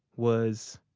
was,